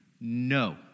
No